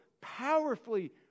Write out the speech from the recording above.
powerfully